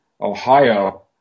Ohio